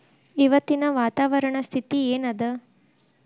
ಇವತ್ತಿನ ವಾತಾವರಣ ಸ್ಥಿತಿ ಏನ್ ಅದ?